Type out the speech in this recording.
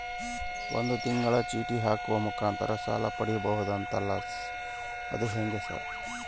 ತಿಂಗಳ ಚೇಟಿ ಹಾಕುವ ಮುಖಾಂತರ ಸಾಲ ಪಡಿಬಹುದಂತಲ ಅದು ಹೆಂಗ ಸರ್?